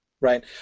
right